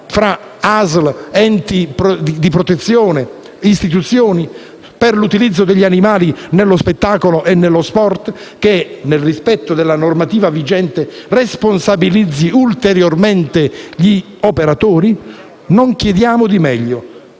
fra ASL, enti di protezione e istituzioni per l'utilizzo degli animali nello spettacolo e nello sport che, nel rispetto della normativa vigente, responsabilizzi ulteriormente gli operatori? Non chiediamo di meglio.